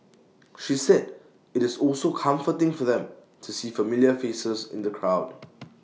she said IT is also comforting for them to see familiar faces in the crowd